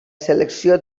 selecció